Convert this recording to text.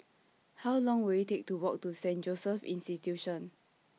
How Long Will IT Take to Walk to Saint Joseph's Institution